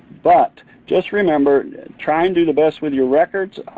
but just remember try and do the best with your records.